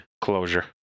closure